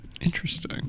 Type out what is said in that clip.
Interesting